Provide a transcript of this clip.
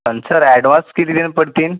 अन् sir advance किती देणं पडतील